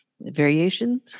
variations